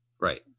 Right